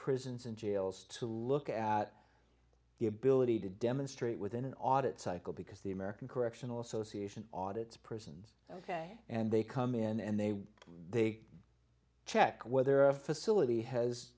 prisons and jails to look at the ability to demonstrate within an audit cycle because the american correctional association audits prisons ok and they come in and they they check whether our facility has